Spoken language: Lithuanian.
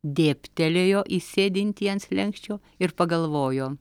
dėbtelėjo į sėdintį ant slenksčio ir pagalvojo